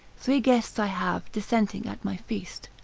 three guests i have, dissenting at my feast,